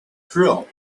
drill